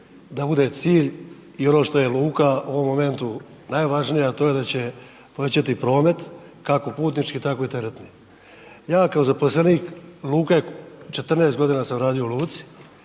da bude cilj i ono što je luka u ovom momentu najvažnija to je da će povećati promet, kako putnički tako i teretni. Ja kao zaposlenik luke, 14 godina sam radio u luci